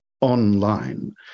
online